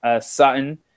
Sutton